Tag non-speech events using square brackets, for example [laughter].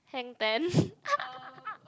Hang-Ten [laughs]